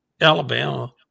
Alabama